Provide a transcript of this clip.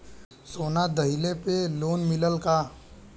सोना दहिले पर लोन मिलल का?